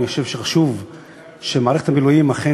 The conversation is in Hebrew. אני חושב שנכון שמערכת המילואים אכן